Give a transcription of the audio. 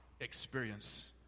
experience